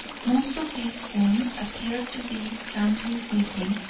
most of these forms appeared to be soundly sleeping,